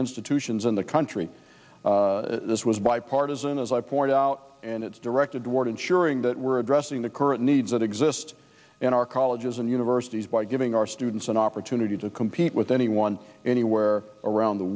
institutions in the country this was bipartisan as i point out and it's directed toward ensuring that we're addressing the current needs that exist in our colleges and universities by giving our students an opportunity to compete with anyone anywhere around the